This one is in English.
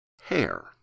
hair